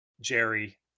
Jerry